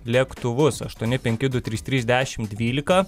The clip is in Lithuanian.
lėktuvus aštuoni penki du trys trys dešim dvylika